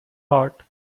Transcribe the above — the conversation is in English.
heart